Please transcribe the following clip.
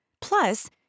Plus